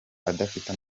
adafite